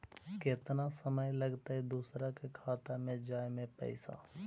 केतना समय लगतैय दुसर के खाता में जाय में पैसा?